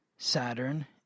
saturn